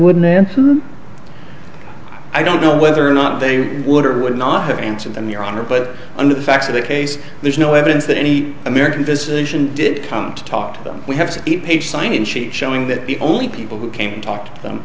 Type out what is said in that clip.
wouldn't answer i don't know whether or not they would or would not have answered them your honor but under the facts of the case there's no evidence that any american visitation did come to talk to them we have to sign in sheet showing that the only people who came talked t